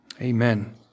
amen